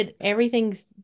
everything's